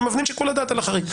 ומבנים שיקול דעת על החריג.